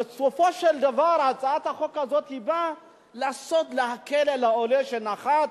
בסופו של דבר הצעת החוק באה להקל על העולה שנחת,